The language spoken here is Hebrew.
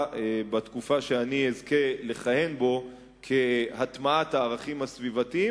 בתקופה שאני אזכה לכהן בו את הטמעת הערכים הסביבתיים,